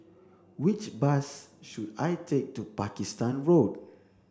which bus should I take to Pakistan Road